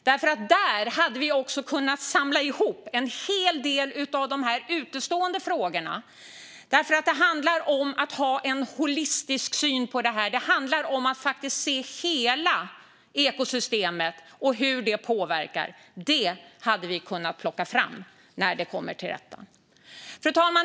Vi hade kunnat samla ihop en hel del av de utestående frågorna där. Det handlar om att ha en holistisk syn på det här. Det handlar om att faktiskt se hela ekosystemet och hur det påverkas. Det hade vi kunnat plocka fram. Fru talman!